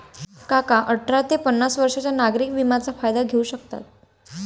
काका अठरा ते पन्नास वर्षांच्या नागरिक विम्याचा फायदा घेऊ शकतात